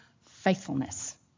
faithfulness